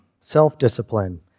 self-discipline